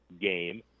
game